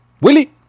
Willie